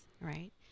right